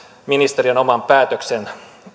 ministeriön oman päätöksen